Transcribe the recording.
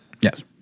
yes